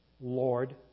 Lord